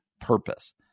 purpose